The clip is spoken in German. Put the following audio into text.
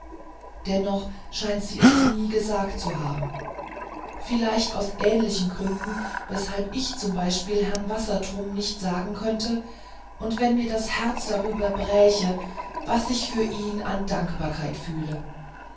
dennoch scheint sie es nie gesagt zu haben vielleicht aus ähnlichen gründen weshalb ich z b herrn wassertrum nicht sagen könnte und wenn mir das herz darüber bräche was ich für ihn an dankbarkeit fühle